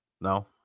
No